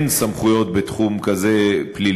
אין סמכויות פליליות